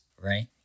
Right